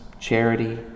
charity